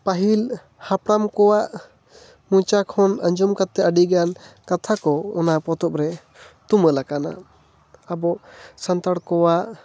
ᱯᱟᱹᱦᱤᱞ ᱦᱟᱯᱲᱟᱢ ᱠᱚᱣᱟᱜ ᱢᱚᱪᱟ ᱠᱷᱚᱱ ᱟᱡᱚᱢ ᱠᱟᱛᱮ ᱟᱹᱰᱤ ᱜᱟᱱ ᱠᱟᱛᱷᱟ ᱚᱱᱟ ᱯᱚᱛᱚᱵ ᱨᱮ ᱛᱩᱢᱟᱹᱞ ᱟᱠᱟᱱᱟ ᱟᱵᱚ ᱥᱟᱱᱛᱟᱲ ᱠᱚᱣᱟᱜ